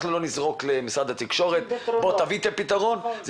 אנחנו לא נזרוק על משרד התקשורת שיביאו את הפתרון.